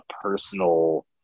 personal